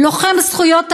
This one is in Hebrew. לוחם זכויות האדם,